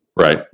Right